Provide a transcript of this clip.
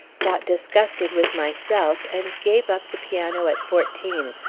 got disgusted with myself, and gave up the piano at fourteen,